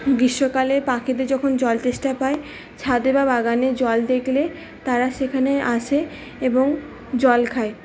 গ্রীষ্মকালে পাখিদের যখন জল তেষ্টা পায় ছাদে বা বাগানে জল দেখলে তারা সেখানে আসে এবং জল খায়